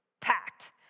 packed